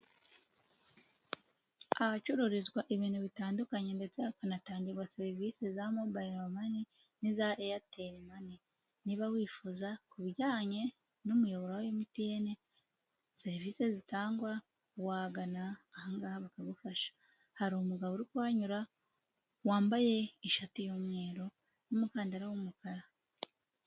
Ahacururizwa ibintu bitandukanye ndetse hakanatangirwa serivisi za mobayiro mani n'iza Airtel money niba wifuza ku bijyanye n'umuyoboro wa MTN serivisi zitangwa wagana, ahangaha bakagufasha. Hari umugabo urikuhanyura wambaye ishati y'umweru n'umukandara w'umukara.